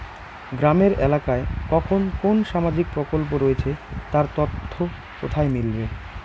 গ্রামের এলাকায় কখন কোন সামাজিক প্রকল্প রয়েছে তার তথ্য কোথায় মিলবে?